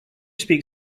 speak